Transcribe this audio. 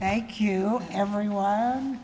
thank you everyone